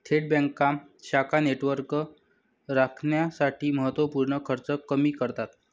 थेट बँका शाखा नेटवर्क राखण्यासाठी महत्त्व पूर्ण खर्च कमी करतात